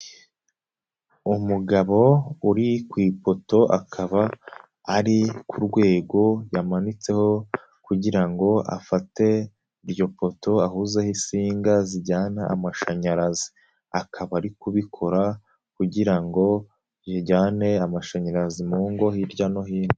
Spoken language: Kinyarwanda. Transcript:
Umugabo uri ku ipoto, akaba ari ku rwego yamanitseho kugira ngo afate iryo poto, ahuzeho isinga zijyana amashanyarazi. Akaba ari kubikora kugira ngo zijyane amashanyarazi mu ngo hirya no hino.